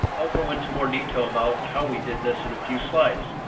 i'll go into more detail about how we did this in a few slides.